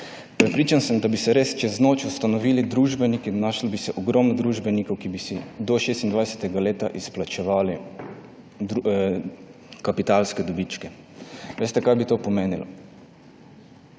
Prepričan sem, da bi se res čez noč ustanovili družbeniki, našlo bi se ogromno družbenikov, ki bi si do 26. leta izplačevali kapitalske dobičke. Veste, kaj bi to pomenilo?